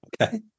Okay